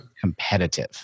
competitive